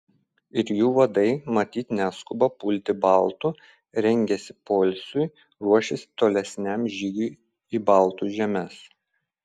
ir jų vadai matyt neskuba pulti baltų rengiasi poilsiui ruošiasi tolesniam žygiui į baltų žemes